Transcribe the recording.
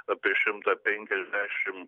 apie šimtą penkiasdešimt